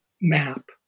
map